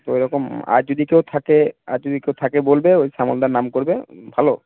তো ওইরকম আর যদি যদি কেউ থাকে আর যদি কেউ থাকে বলবে ওই শ্যামলদার নাম করবে ভালো